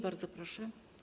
Bardzo proszę.